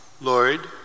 Lord